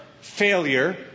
failure